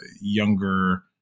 younger